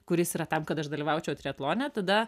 kuris yra tam kad aš dalyvaučiau triatlone tada